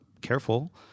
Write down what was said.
careful